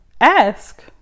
ask